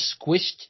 squished